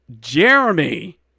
Jeremy